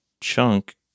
chunk